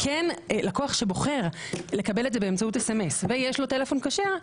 לקוח שבוחר לקבל את זה באמצעות SMS ויש לו טלפון כשר,